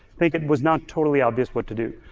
think it was not totally obvious what to do.